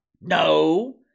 No